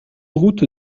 route